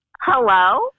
Hello